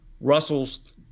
Russell's